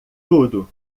tudo